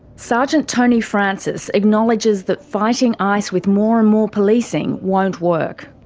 sergeant tony francis acknowledges that fighting ice with more and more policing won't work.